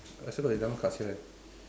I still got eleven cards here eh